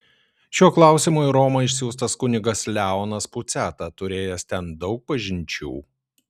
šiuo klausimu į romą išsiųstas kunigas leonas puciata turėjęs ten daug pažinčių